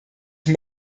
ich